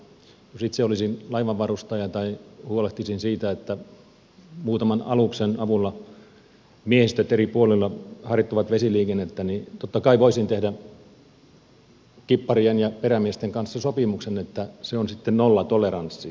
jos itse olisin laivanvarustaja tai huolehtisin siitä että muutaman aluksen avulla miehistöt eri puolilla harjoittavat vesiliikennettä niin totta kai voisin tehdä kipparien ja perämiesten kanssa sopimuksen että se on sitten nollatoleranssi